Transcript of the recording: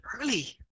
early